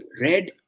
red